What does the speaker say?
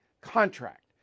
contract